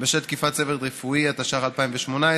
בשל תקיפת צוות רפואי), התשע"ח 2018,